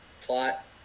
Plot